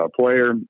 player